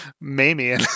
Mamie